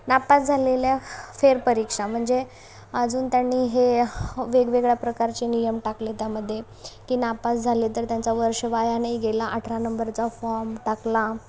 नापास झालेल्या फेरपरीक्षा म्हणजे अजून त्यांनी हे वेगवेगळ्या प्रकारचे नियम टाकले त्यामध्ये की नापास झाले तर त्यांचं वर्ष वाया नाही गेला अठरा नंबरचा फॉर्म टाकला